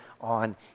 on